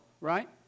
right